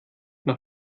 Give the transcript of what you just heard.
nach